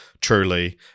truly